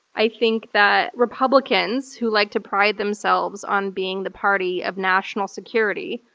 i think that republicans, who like to pride themselves on being the party of national security,